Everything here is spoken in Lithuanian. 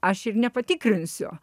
aš ir nepatikrinsiu